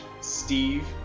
Steve